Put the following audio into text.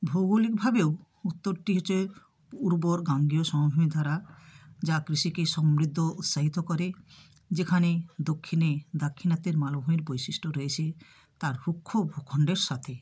ভৌগলিকভাবেও উত্তরটি হচ্ছে উর্বর গাঙ্গেয় সমভূমি দ্বারা যা কৃষিকে সমৃদ্ধ উৎসাহিত করে যেখানে দক্ষিণে দাক্ষিণাত্যের মালভূমির বৈশিষ্ট্য রয়েছে তার রুক্ষ ভূখন্ডের সাথে